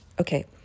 Okay